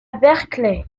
berkeley